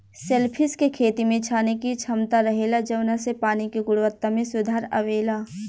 shellfish के खेती में छाने के क्षमता रहेला जवना से पानी के गुणवक्ता में सुधार अवेला